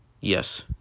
Yes